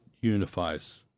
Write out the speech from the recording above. unifies